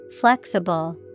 Flexible